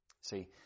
See